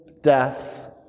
death